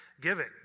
giving